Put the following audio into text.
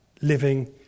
living